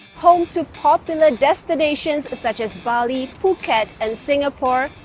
home to popular destinations such as bali, phuket and singapore,